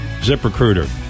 ZipRecruiter